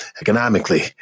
economically